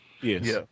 Yes